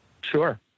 Sure